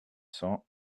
cents